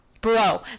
bro